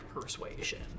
persuasion